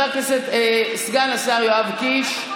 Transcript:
את סגן השר יואב קיש,